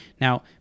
Now